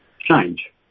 change